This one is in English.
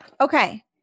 Okay